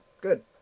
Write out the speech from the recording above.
Good